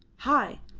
hi!